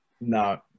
No